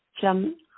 Jam